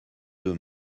deux